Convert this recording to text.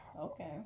okay